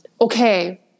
Okay